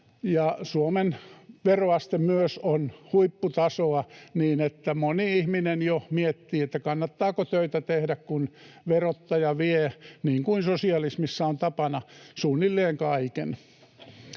Suomen veroaste on huipputasoa niin, että moni ihminen jo miettii, kannattaako töitä tehdä, kun verottaja vie — niin kuin sosialismissa on tapana — suunnilleen kaiken.